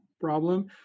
problem